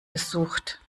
besucht